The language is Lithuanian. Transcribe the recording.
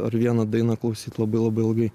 ar vieną dainą klausyt labai labai ilgai